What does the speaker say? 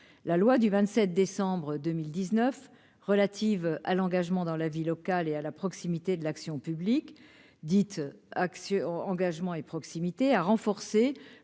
la loi du 27 décembre 2019 relatives à l'engagement dans la vie locale et à la proximité de l'action publique dites actions engagement et proximité à renforcer